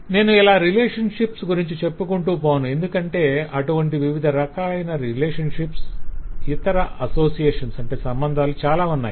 నేను ఇలా రిలేషన్షిప్స్ గురించి చెప్పుకుంటూపోను ఎందుకంటే అటువంటి వివిధ రకాలైన రిలేషన్షిప్స్ ఇతర సంబంధాలు చాలా ఉన్నాయి